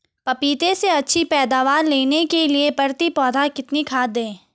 पपीते से अच्छी पैदावार लेने के लिए प्रति पौधा कितनी खाद दें?